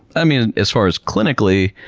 i mean as far as clinically,